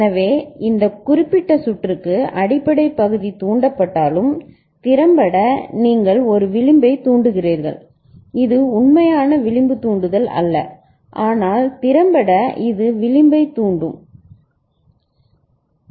எனவே இந்த குறிப்பிட்ட சுற்றுக்கு அடிப்படை பகுதி தூண்டப்பட்டாலும் திறம்பட நீங்கள் ஒரு விளிம்பைத் தூண்டுகிறீர்கள் இது உண்மையான விளிம்பு தூண்டுதல் அல்ல ஆனால் திறம்பட இது விளிம்பைத் தூண்டும் சரி